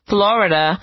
Florida